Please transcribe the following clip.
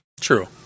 True